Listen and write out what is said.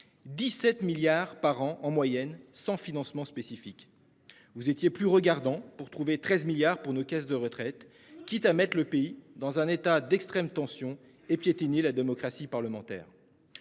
17 milliards par an en moyenne 100 financement spécifique. Vous étiez plus regardants pour trouver 13 milliards pour nos caisses de retraite, quitte à mettre le pays dans un état d'extrême tension et piétiner la démocratie parlementaire.